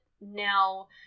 now